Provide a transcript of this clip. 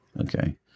Okay